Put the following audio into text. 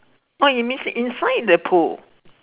what you miss inside the pool